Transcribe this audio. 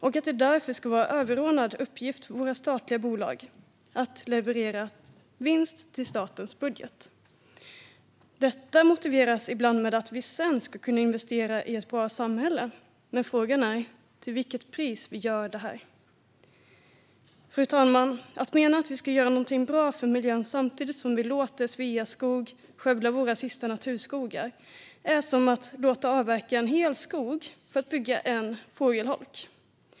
Det ska därför vara en överordnad uppgift för våra statliga bolag att leverera vinst till statens budget. Detta motiveras ibland med att vi sedan ska kunna investera i ett bra samhälle. Men frågan är till vilket pris vi gör detta. Fru talman! Att mena att vi gör något bra för miljön samtidigt som vi låter Sveaskog skövla våra sista naturskogar är som att låta avverka en hel skog för att bygga en fågelholk.